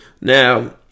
Now